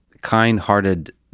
kind-hearted